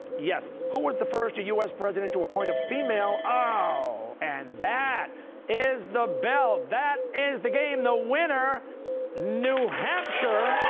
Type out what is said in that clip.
yes. who was the first u s. president to appoint a female. oh. and that is the bell, that is the game. the winner new hampshire.